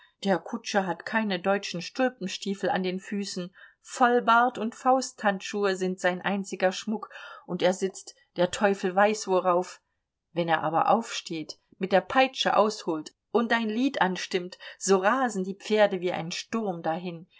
der kutscher hat keine deutschen stulpenstiefel an den füßen vollbart und fausthandschuhe sind sein einziger schmuck und er sitzt der teufel weiß worauf wenn er aber aufsteht mit der peitsche ausholt und ein lied anstimmt so rasen die pferde wie ein sturm dahin